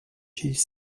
gilles